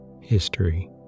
History